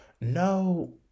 No